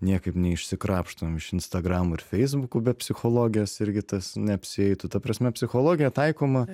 niekaip neišsikrapštom iš instagramų ir feisbukų be psichologijos irgi tas neapsieitų ta prasme psichologija taikoma